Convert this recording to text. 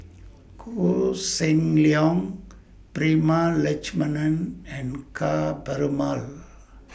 Koh Seng Leong Prema Letchumanan and Ka Perumal